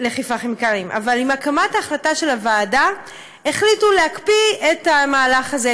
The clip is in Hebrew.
אבל עם החלטת ההקמה של הוועדה החליטו להקפיא את המהלך הזה,